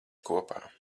kopā